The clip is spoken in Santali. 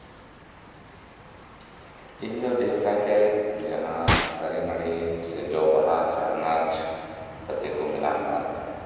ᱤᱧ ᱫᱚ ᱰᱷᱮᱨ ᱠᱟᱭᱛᱮ ᱡᱟᱦᱟᱸ ᱫᱟᱨᱮ ᱱᱟᱲᱤ ᱥᱮ ᱡᱚ ᱵᱟᱦᱟ ᱟᱱᱟᱡ ᱯᱟᱛᱤ ᱠᱚ ᱢᱮᱱᱟᱜ ᱟᱠᱟᱫᱼᱟ